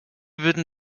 würden